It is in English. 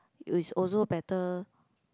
you is also better